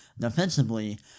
defensively